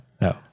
no